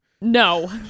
No